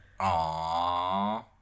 Aww